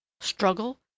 Struggle